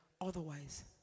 Otherwise